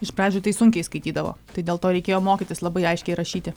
iš pradžių tai sunkiai skaitydavo tai dėl to reikėjo mokytis labai aiškiai rašyti